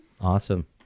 awesome